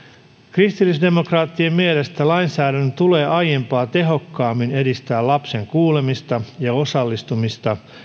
kristillisdemokraattien mielestä lainsäädännön tulee aiempaa tehokkaammin edistää lapsen kuulemista ja osallistumista